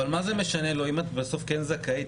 אם את בסוף כן זכאית,